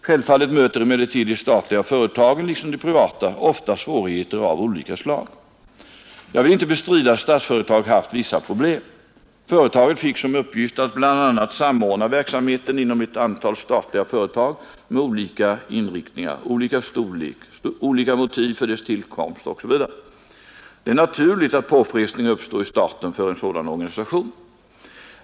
Självfallet möter emellertid de statliga företagen, liksom de privata, ofta svårigheter av olika slag. Jag vill inte bestrida att Statsföretag haft vissa problem. Företaget fick som uppgift att bl.a. samordna verksamheten inom ett antal statliga företag med olika inriktningar, olika storlek, olika motiv för dess tillkomst osv. Det är naturligt att påfrestningar uppstår i starten för en sådan organisation.